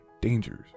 dangers